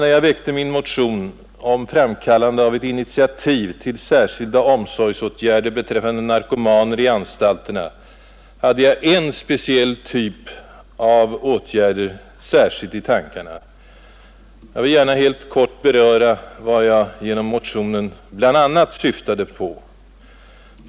När jag väckte min motion om framkallande av ett initiativ till särskilda omsorgsåtgärder beträffande narkomaner i anstalterna, hade jag en typ av åtgärder särskilt i tankarna. Jag vill gärna helt kort beröra vad jag genom motionen bl.a. syftade på.